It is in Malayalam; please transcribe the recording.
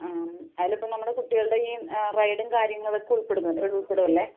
ആ അതിൽ ഇപ്പം നമ്മുടെ കുട്ടികളുടെ ഈ റൈഡും കാര്യങ്ങളും ഇതൊക്കെ ഉൽപ്പെടുന്നുണ്ട് ഉള്പ്പെടും അല്ലെ